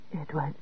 Edward